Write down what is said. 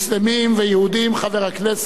חבר הכנסת חנא סוייד,